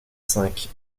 cinq